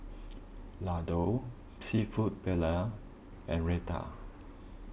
Ladoo Seafood Paella and Raita